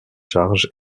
charge